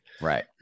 Right